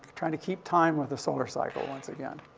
tryin' to keep time with the solar cycle, once again.